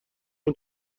اون